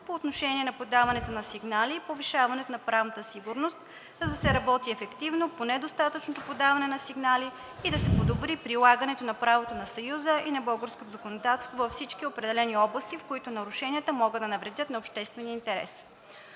по отношение на подаването на сигнали и повишаването на правната сигурност, за да се работи ефективно по недостатъчното подаване на сигнали и да се подобри прилагането на правото на Съюза и на българското законодателство във всички определени области, в които нарушенията могат да навредят на обществения интерес.